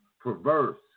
perverse